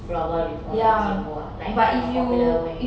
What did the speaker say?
floorball before lah in singapore ah like a popular way